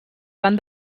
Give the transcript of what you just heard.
van